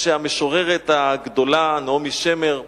המשוררת הגדולה נעמי שמר,